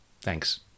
Thanks